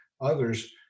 Others